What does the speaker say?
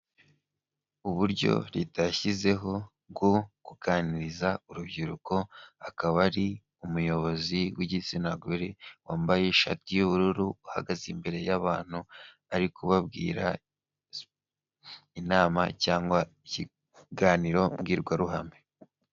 Uburyo leta yashyizeho bwo kuganiriza urubyiruko, akaba ari umuyobozi w'igitsina gore wambaye ishati y'ubururu uhagaze imbere y'abantu, ari kubabwira inama cyangwa ikiganiro mbwirwaruhame.